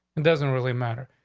it doesn't really matter.